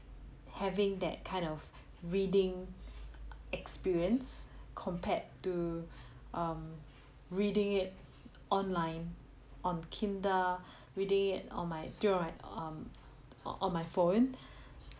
having that kind of reading experience compared to um reading it online on kindle reading it on my through on my um on on my phone